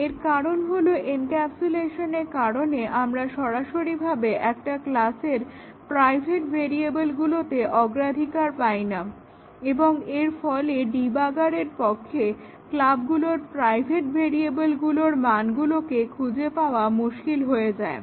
এর কারণ হলো এনক্যাপসুলেশনের কারণে আমরা সরাসরিভাবে একটা ক্লাসের প্রাইভেট ভেরিয়েবলগুলোতে প্রবেশাধিকার পাইনা এবং এর ফলে ডিবাগারের পক্ষে ক্লাবগুলোর প্রাইভেট ভেরিয়েবলগুলোর মানগুলোকে খুঁজে পাওয়া মুশকিল হয়ে যায়